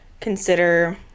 consider